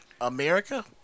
America